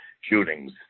shootings